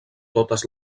totes